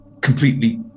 completely